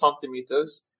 centimeters